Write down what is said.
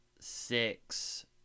six